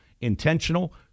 intentional